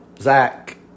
Zach